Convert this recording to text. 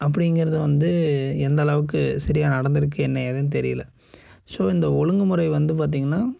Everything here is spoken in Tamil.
அப்படிங்குறது வந்து எந்த அளவுக்கு சரியாக நடந்திருக்கு என்ன ஏதுன்னு தெரியல ஸோ இந்த ஒழுங்கு முறை வந்து பார்த்திங்கன்னா